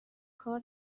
کار